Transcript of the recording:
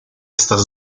estas